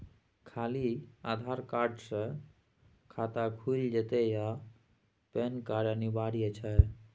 खाली आधार कार्ड स खाता खुईल जेतै या पेन कार्ड अनिवार्य छै?